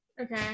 Okay